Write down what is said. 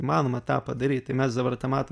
įmanoma tą padaryt tai mes dabar tą matom